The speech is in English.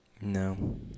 No